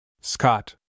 Scott